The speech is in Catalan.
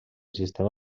sistema